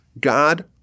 God